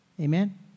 Amen